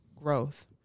growth